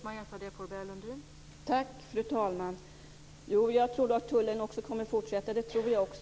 Fru talman! Det tror jag också att tullen kommer att fortsätta med,